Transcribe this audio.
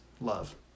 love